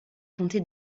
comté